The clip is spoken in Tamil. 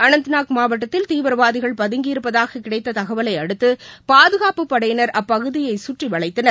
அனந்த்நாக் மாவட்டத்தில் தீவிரவாதிகள் பதங்கியிருப்பதாக கிடைத்த தகவலை அடுத்து பாதுகாப்பு படையினர் அப்பகுதியை கற்றி வளைத்தனர்